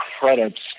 credits